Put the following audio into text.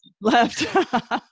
left